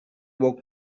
woke